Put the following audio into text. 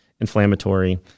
inflammatory